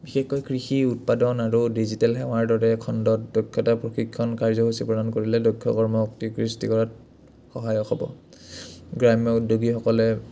বিশেষকৈ কৃষি উৎপাদন আৰু ডিজিটেল সেৱাৰ দৰে খণ্ডত দক্ষতা প্ৰশিক্ষণ কাৰ্যসূচী প্ৰদান কৰিলে দক্ষকৰ্ম শক্তি সৃষ্টি কৰাত সহায়ক হ'ব গ্ৰাম্য উদ্যোগীসকলে